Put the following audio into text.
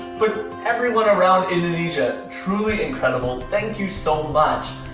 but everyone around indonesia. truly incredible, thank you so much.